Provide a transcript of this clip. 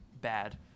bad